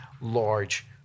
large